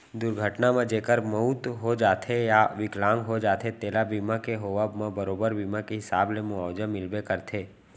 दुरघटना म जेकर मउत हो जाथे या बिकलांग हो जाथें तेला बीमा के होवब म बरोबर बीमा के हिसाब ले मुवाजा मिलबे करथे